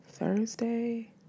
Thursday